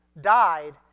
died